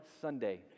Sunday